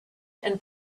and